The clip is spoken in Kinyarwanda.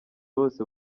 bose